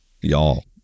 y'all